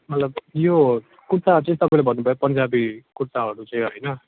मतलब यो कुर्ता चाहिँ तपाईँले भन्नुभयो पन्जाबी कुर्ताहरू चाहिँ होइन